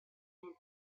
entire